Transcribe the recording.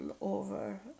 over